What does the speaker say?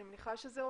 אני מניחה שזה עובד,